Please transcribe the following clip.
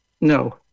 No